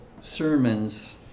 sermons